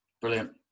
Brilliant